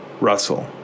Russell